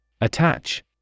Attach